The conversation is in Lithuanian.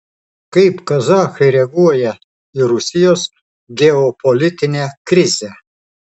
kaip kazachai reaguoja į rusijos geopolitinę krizę